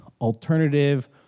alternative